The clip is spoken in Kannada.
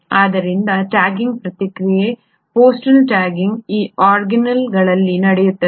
ಆದ್ದರಿಂದ ಟ್ಯಾಗಿಂಗ್ ಪ್ರಕ್ರಿಯೆ ಪೋಸ್ಟಲ್ ಟ್ಯಾಗಿಂಗ್ ಈ ಆರ್ಗಾನ್ಯಿಲ್ಗಳಲ್ಲಿ ನಡೆಯುತ್ತದೆ